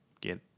get